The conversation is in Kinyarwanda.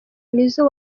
nizzo